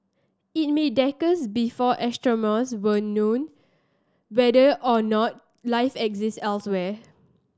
it may decades before astronomers will know whether or not life exist elsewhere